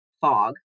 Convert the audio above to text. Fog